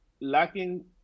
lacking